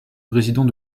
président